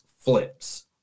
flips